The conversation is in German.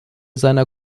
seiner